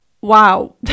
wow